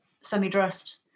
semi-dressed